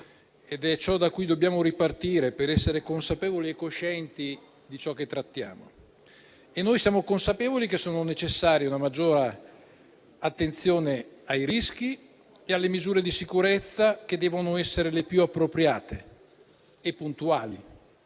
ed è ciò da cui dobbiamo ripartire per essere consapevoli e coscienti di ciò che trattiamo. Siamo consapevoli che è necessaria una maggiore attenzione ai rischi e alle misure di sicurezza, che devono essere le più appropriate e puntuali.